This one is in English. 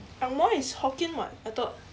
angmoh is hokkien [what] I thought